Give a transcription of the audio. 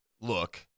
look